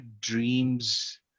dreams